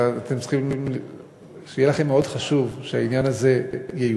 אלא אתם צריכים שיהיה לכם מאוד חשוב שהעניין הזה ייושם,